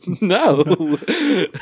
No